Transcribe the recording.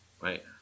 right